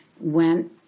Went